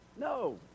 No